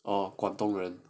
oh 广东人